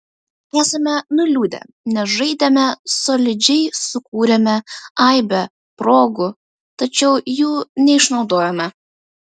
esame nuliūdę nes žaidėme solidžiai sukūrėme aibę progų tačiau jų neišnaudojome